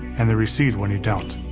and they recede when you don't.